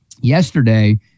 yesterday